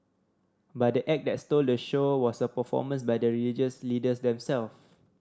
but the act that stole the show was a performance by the religious leaders them self